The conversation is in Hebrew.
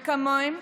וכמוהם,